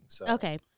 Okay